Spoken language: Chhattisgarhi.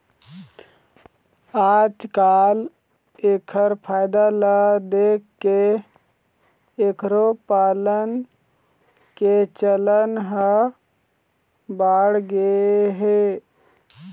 आजकाल एखर फायदा ल देखके एखरो पालन के चलन ह बाढ़गे हे